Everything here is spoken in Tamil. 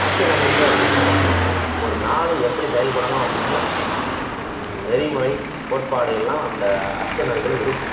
அரசியல் அமைப்பு அப்படின்னா ஒரு நாடு எப்படி செயல்படணும் அப்படின்னு நெறிமுறை கோட்பாடு எல்லாம் அந்த அரசியல் அமைப்பில் இருக்கும்